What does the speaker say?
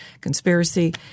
conspiracy